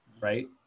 Right